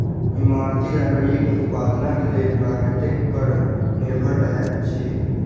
इमारती लकड़ीक उत्पादनक लेल प्रकृति पर निर्भर रहैत छी